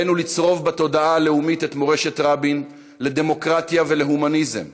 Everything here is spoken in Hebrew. עלינו לצרוב בתודעה הלאומית את מורשת רבין לדמוקרטיה ולהומניזם,